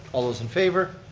all those in favor.